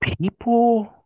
people